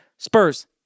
Spurs